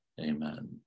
Amen